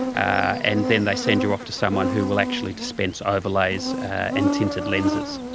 and then they send you off to someone who will actually dispense overlays and tinted lenses.